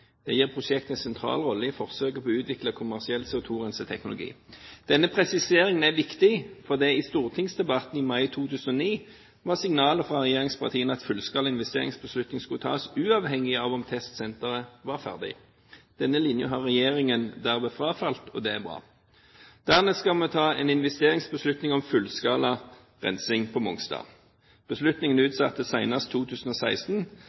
Det gir prosjektet en sentral rolle i forsøket på å utvikle kommersiell CO2-renseteknologi. Denne presiseringen er viktig, for i stortingsdebatten i mai 2009 var signalet fra regjeringspartiene at fullskala investeringsbeslutning skulle tas uavhengig av om testsenteret var ferdig. Denne linjen har regjeringen derved frafalt, og det er bra. Dernest skal man ta en investeringsbeslutning om fullskala rensing på Mongstad. Beslutningen er utsatt til senest 2016,